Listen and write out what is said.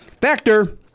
Factor